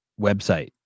website